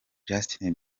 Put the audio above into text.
justin